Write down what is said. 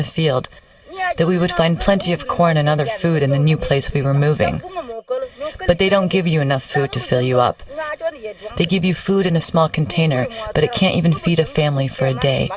the field that we would find plenty of corn and other food in the new place we were moving but they don't give you enough food to fill you up they give you food in a small container but it can't even feed a family for a day